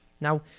Now